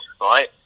right